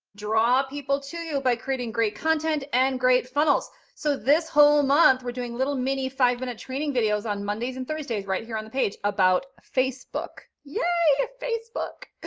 draw people to you by creating great content and great funnels. so this whole month we're doing little mini, five minute training videos on mondays and thursdays, right here on the page about facebook. yeah! facebook.